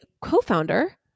co-founder